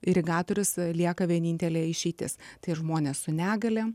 irigatorius lieka vienintelė išeitis tai žmonės su negalia